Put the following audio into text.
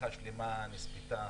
משפחה שלמה נספתה